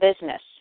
business